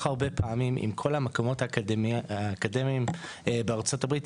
הרבה פעמים עם כל המקומות האקדמיים בארצות הברית,